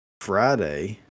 Friday